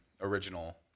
original